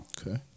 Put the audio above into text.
Okay